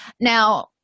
Now